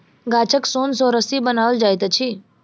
गाछक सोन सॅ रस्सी बनाओल जाइत अछि